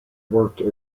worked